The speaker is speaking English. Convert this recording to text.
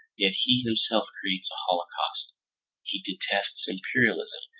yet he himself creates a holocaust he detests imperialism,